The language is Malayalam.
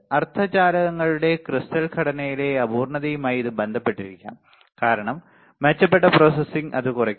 അർദ്ധചാലകങ്ങളുടെ ക്രിസ്റ്റൽ ഘടനയിലെ അപൂർണ്ണതയുമായി ഇത് ബന്ധപ്പെട്ടിരിക്കാം കാരണം മെച്ചപ്പെട്ട പ്രോസസ്സിംഗ് അത് കുറയ്ക്കും